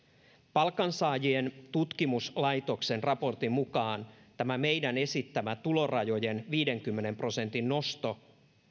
palkansaajien tutkimuslaitoksen raportin mukaan tämä meidän esittämämme tulorajojen viidenkymmenen prosentin nosto